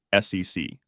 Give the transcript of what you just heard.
SEC